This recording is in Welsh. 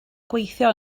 gweithio